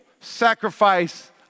sacrifice